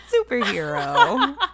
superhero